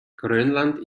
grönland